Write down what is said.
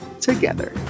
together